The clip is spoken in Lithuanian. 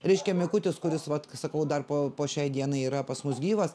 reiškia mikutis kuris vat sakau dar po po šiai dienai yra pas mus gyvas